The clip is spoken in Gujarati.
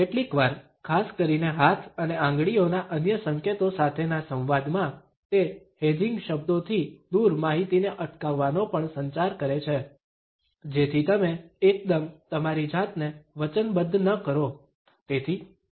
કેટલીકવાર ખાસ કરીને હાથ અને આંગળીઓના અન્ય સંકેતો સાથેના સંવાદમાં તે હેજિંગ શબ્દો થી દૂર માહિતીને અટકાવવાનો પણ સંચાર કરે છે જેથી તમે એકદમ તમારી જાતને વચનબદ્ધ ન કરો